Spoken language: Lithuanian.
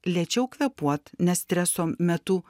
lėčiau kvėpuot nes streso metu